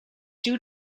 due